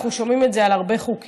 אנחנו שומעים את זה על הרבה חוקים,